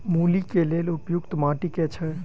मूली केँ लेल उपयुक्त माटि केँ छैय?